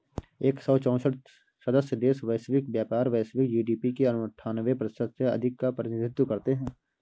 एक सौ चौसठ सदस्य देश वैश्विक व्यापार, वैश्विक जी.डी.पी के अन्ठान्वे प्रतिशत से अधिक का प्रतिनिधित्व करते हैं